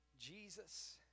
Jesus